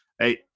hey